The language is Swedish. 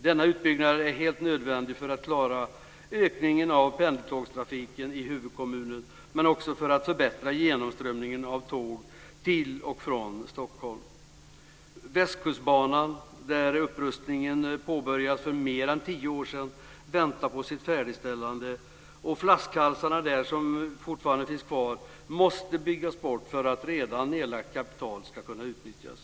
Denna utbyggnad är helt nödvändig för att klara ökningen av pendeltågstrafiken i huvudkommunen men också för att förbättra genomströmningen av tåg till och från Stockholm. Västkustbanan, där upprustningen påbörjades för mer än tio år sedan, väntar på sitt färdigställande. De flaskhalsarna som fortfarande finns kvar måste byggas bort för att redan nedlagt kapital ska kunna utnyttjas.